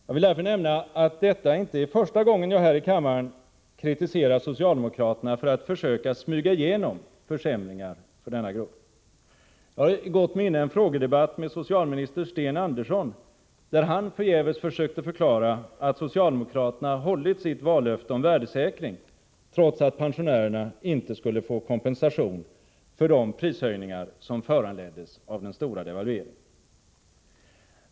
Jag vill därför nämna att detta inte är första gången som jag här i kammaren kritiserar socialdemokraterna för att försöka smyga igenom försämringar för denna grupp. Jag har i gott minne en frågedebatt med socialminister Sten Andersson, där han förgäves försökte förklara att socialdemokraterna hade hållit sitt vallöfte om värdesäkring av pensionerna, trots att pensionärerna inte skulle få kompensation för de prishöjningar som föranleddes av den stora devalveringen.